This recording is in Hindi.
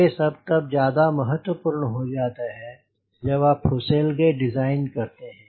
ये सब तब ज्यादा महत्वपूर्ण हो जाता है जब आप फुसेलगे डिज़ाइन करते हैं